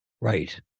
Right